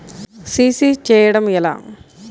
CC చేయడము ఎలా?